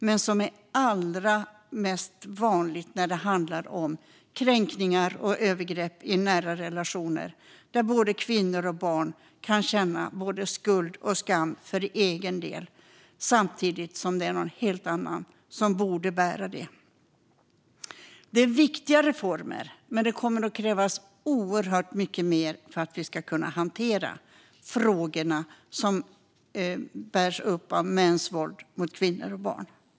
Det är allra mest vanligt när det handlar om kränkningar och övergrepp i nära relationer att kvinnor och barn kan känna skuld och skam för egen del samtidigt som det är någon annan som borde bära skulden och skammen. Det är fråga om viktiga reformer, men det kommer att krävas oerhört mycket mer att hantera frågorna som bärs upp av mäns våld mot kvinnor och barn.